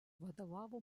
vadovavo